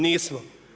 Nismo.